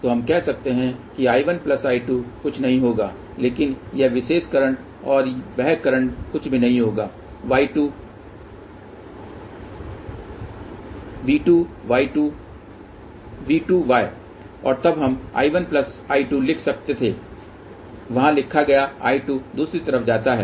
तो हम कह सकते हैं कि I1I2 कुछ नहीं होगा लेकिन यह विशेष करंट और वह करंट कुछ भी नहीं होगा V2 Y और तब हम I1I2 लिख सकते थे वहाँ लिखा गया I2 दूसरी तरफ जाता है